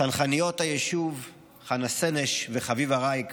צנחניות היישוב חנה סנש וחביבה רייק,